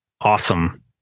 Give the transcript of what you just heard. awesome